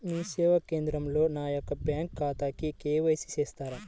మీ సేవా కేంద్రంలో నా యొక్క బ్యాంకు ఖాతాకి కే.వై.సి చేస్తారా?